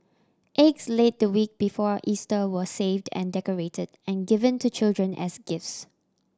eggs laid the week before Easter were saved and decorated and given to children as gifts